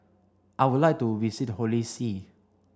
I would like to visit Holy See